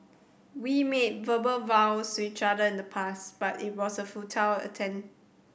we made verbal vows to each other in the past but it was a futile attempt